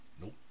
Nope